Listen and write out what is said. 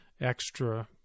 extra